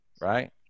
right